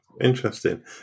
Interesting